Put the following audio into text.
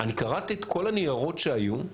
אני קראתי את כל הניירות שהיו,